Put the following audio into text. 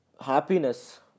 happiness